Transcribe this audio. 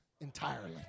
entirely